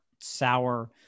sour